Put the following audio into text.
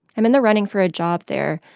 i'm in the running for a job there.